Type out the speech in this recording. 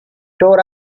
tore